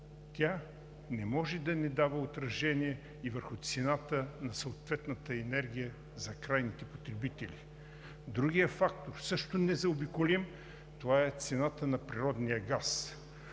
Тя не може да не дава отражение и върху цената на съответната енергия за крайните потребители. Другият фактор, също незаобиколим, е цената на природния газ.